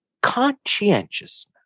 conscientiousness